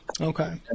Okay